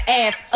ass